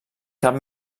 cap